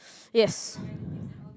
yes